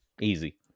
Easy